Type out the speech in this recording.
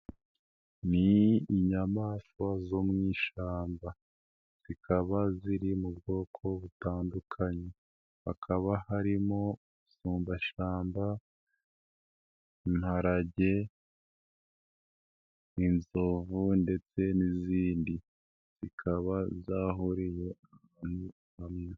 Ni inyamaswa zo mu ishyamba. Zikaba ziri mu bwoko butandukanye hakaba harimo: insumbashamba, imparage, inzovu ndetse n'izindi zikaba zahuriye hamwe.